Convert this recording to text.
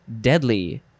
Deadly